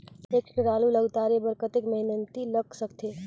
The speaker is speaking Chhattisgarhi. एक टेक्टर आलू ल उतारे बर कतेक मेहनती लाग सकथे?